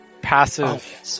passive